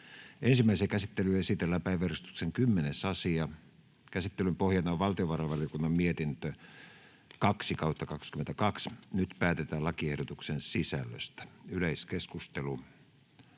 Ensimmäiseen käsittelyyn esitellään päiväjärjestyksen 9. asia. Käsittelyn pohjana on talousvaliokunnan mietintö TaVM 5/2022 vp. Nyt päätetään lakiehdotuksen sisällöstä. — Keskustelu,